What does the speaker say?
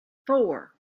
four